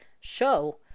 show